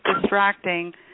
distracting